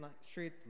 straight